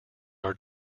are